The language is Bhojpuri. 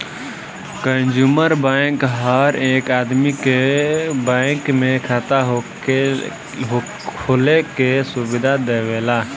कंज्यूमर बैंक हर एक आदमी के बैंक में खाता खोले के सुविधा देवेला